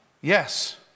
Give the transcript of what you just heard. yes